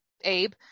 Abe